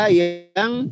yang